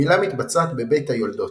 המילה מתבצעת ב"בית היולדות"